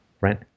right